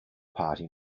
party